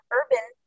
urban